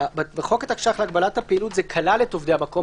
בחוק התקש"ח להגבלת הפעילות זה כלל את עובדי המקום.